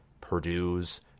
Purdue's